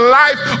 life